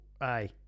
aye